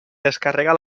descarrega